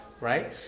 right